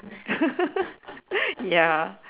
ya